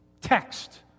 text